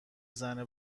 زنه